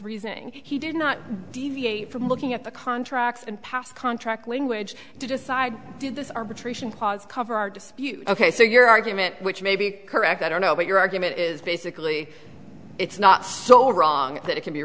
reasoning he did not deviate from looking at the contracts and past contract language to decide did this arbitration clause cover our dispute ok so your argument which may be correct i don't know but your argument is basically it's not so wrong that it can be